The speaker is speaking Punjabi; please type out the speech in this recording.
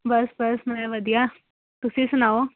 ਬਸ ਬਸ ਮੈਂ ਵਧੀਆ ਤੁਸੀਂ ਸੁਣਾਓ